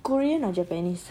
korean or japanese